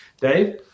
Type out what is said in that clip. Dave